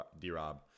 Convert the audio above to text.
D-Rob